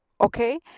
okay